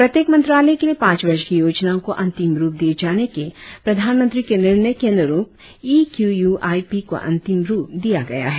प्रत्येक मंत्रालय के लिए पांच वर्ष की योजना को अंतिम रुप दिए जाने के प्रधानमंत्री के निर्णय के अनुरुप E Q U I P को अंतिम रुप दिया गया है